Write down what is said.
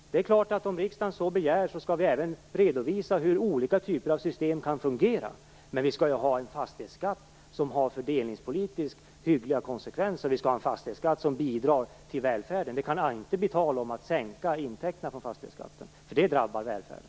Det är klart; om riksdagen så begär skall vi även redovisa hur olika typer av system kan fungera. Men vi skall ha en fastighetsskatt som har fördelningspolitiskt hyggliga konsekvenser och som bidrar till välfärden. Det kan inte bli tal om att sänka intäkterna från fastighetsskatten, för det drabbar välfärden.